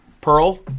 Pearl